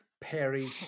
Perry